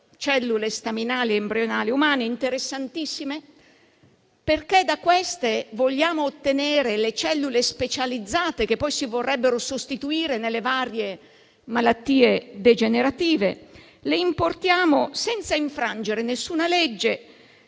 cellule staminali embrionali umane interessantissime, perché da queste vogliamo ottenere le cellule specializzate che poi si vorrebbero sostituire nelle varie malattie degenerative. Le importiamo senza infrangere nessuna legge,